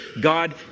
God